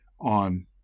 on